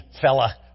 fella